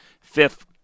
fifth